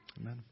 Amen